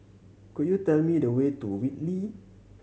could you tell me the way to Whitley